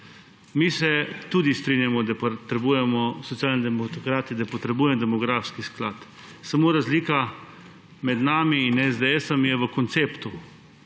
Mi se tudi strinjamo, Socialni demokrati, da potrebujemo demografski sklad. Samo razlika med nami in SDS je v konceptu.